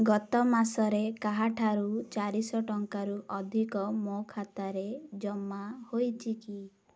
ଗତ ମାସରେ କାହା ଠାରୁ ଚାରିଶହ ଟଙ୍କାରୁ ଅଧିକ ମୋ ଖାତାରେ ଜମା ହୋଇଛି କି